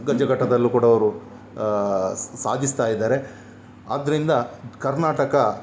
ಹಗ್ಗ ಜಗ್ಗಾಟದಲ್ಲೂ ಕೂಡ ಅವರು ಸಾಗಿಸ್ತ ಇದ್ದಾರೆ ಆದ್ದರಿಂದ ಕರ್ನಾಟಕ